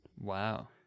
Wow